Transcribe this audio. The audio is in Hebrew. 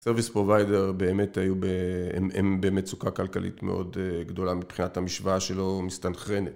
סרוויס פרוביידר, הם באמת מצוקה כלכלית מאוד גדולה מבחינת המשוואה שלא מסתנכרנת